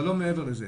אבל לא מעבר לזה,